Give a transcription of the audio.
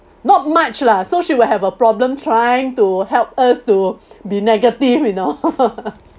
not much lah so she will have a problem trying to help us to be negative you know